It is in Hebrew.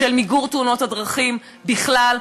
של מיגור תאונות הדרכים בכלל,